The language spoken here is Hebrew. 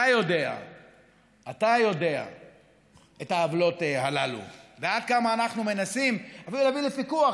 אתה יודע את העוולות הללו ועד כמה אנחנו מנסים אפילו להביא לפיקוח,